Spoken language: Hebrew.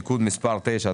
(תיקון מס' 9),